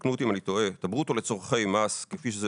תקנו אותי אם אני טועה - מס כפי שזה